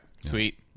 Sweet